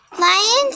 Lions